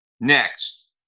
next